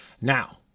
Now